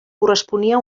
corresponia